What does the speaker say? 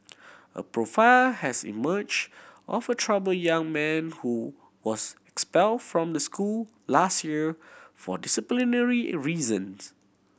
a profile has emerged of a troubled young man who was expelled from the school last year for disciplinary in reasons